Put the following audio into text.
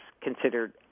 considered